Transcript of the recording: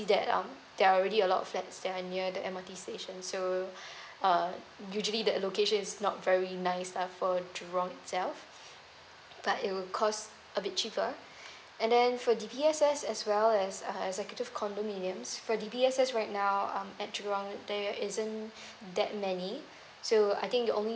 that um there are already a lot of flats that are near the M_R_T station so uh usually the location is not very nice lah for jurong itself but it will cost a bit cheaper and then for D_P_S_S as well as err executive condominiums for D_P_S_S right now um at jurong there isn't that many so I think you only